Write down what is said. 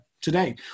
today